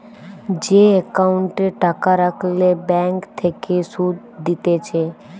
যে একাউন্টে টাকা রাখলে ব্যাঙ্ক থেকে সুধ দিতেছে